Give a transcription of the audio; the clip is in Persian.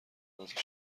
نذاشته